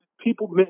People